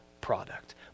product